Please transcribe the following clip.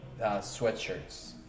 sweatshirts